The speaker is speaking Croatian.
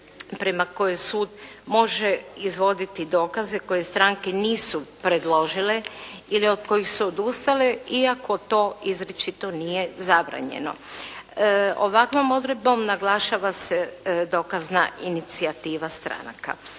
prema kojoj sud može izvoditi dokaze koji stranke nisu predložile ili od kojih su odustale iako to izričito nije zabranjeno. Ovakvom odredbom naglašava se dokazna inicijativa stranaka.